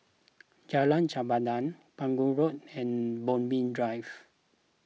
Jalan Chempedak Pegu Road and Bodmin Drive